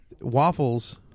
Waffles